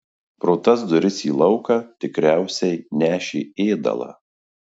pro tas duris į lauką tikriausiai nešė ėdalą